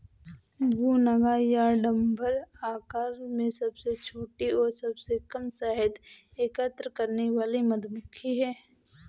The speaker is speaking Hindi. भुनगा या डम्भर आकार में सबसे छोटी और सबसे कम शहद एकत्र करने वाली मधुमक्खी है